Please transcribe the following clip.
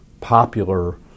popular